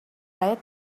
led